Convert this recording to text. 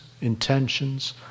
intentions